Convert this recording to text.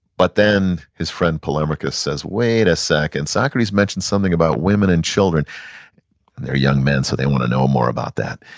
but then his friend polemarchus says wait a second. socrates mentioned something about women and children. and they're young men so they want to know more about that.